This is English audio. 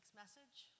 message